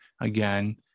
Again